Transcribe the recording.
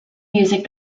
music